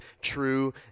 True